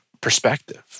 perspective